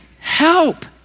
help